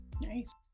Nice